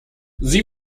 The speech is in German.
sie